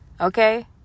Okay